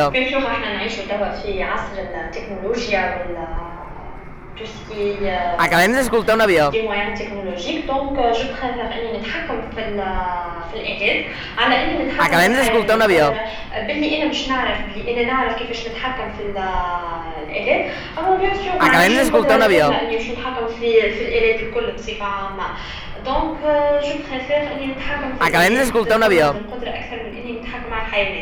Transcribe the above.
بكل تأكيد نحن نعيشوا توا في عصر التكنولوجيا, والتوسكي, الكثير من التكنولوجيا, لذلك أنا افضل اني نتحكم في ال فالالآلات, على إني نتحكم في الحيوانات, خاطر باللي أنا باش نعرف, باللي أنا نعرف كيفاش نتحكم فال لآلات, أما انا بكل تأكيد معنديش القدراالكاما إني باش نتحكم في الآلات الكل بصفا عامة, لذلك أنا أفضل, إني نتحكم في الآلات, وتبدا تكون عندي القدرا أكثر من إني نتحكم عالحيوانات.